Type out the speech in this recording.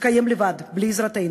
תתקיים לבד, בלי עזרתנו.